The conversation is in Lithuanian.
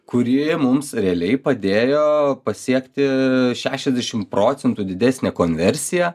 kuri mums realiai padėjo pasiekti šešiasdešimt procentų didesnę konversiją